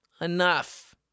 Enough